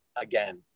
again